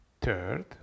third